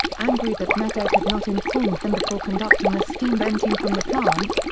angry that met ed had not informed them before conducting a steam venting from the plant,